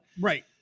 right